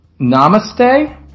Namaste